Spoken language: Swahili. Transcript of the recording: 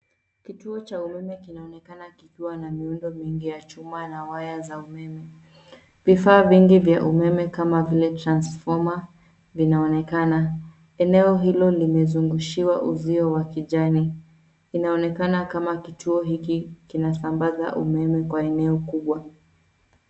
Kituo cha umeme kinaonekana kikiwa na miundo mingi ya chuma na waya za umeme. Vifaa vingi vya umeme kama vile transfoma vinaonekana. Eneo hilo limezungushiwa uzio wa kijani. Inaonekana kama kituo hiki kinasambaza umeme kwa eneo kubwa.